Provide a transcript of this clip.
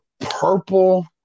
purple